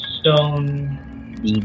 stone